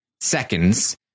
seconds